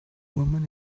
woman